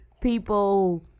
people